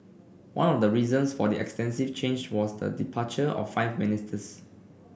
one of the reasons for the extensive change was the departure of five ministers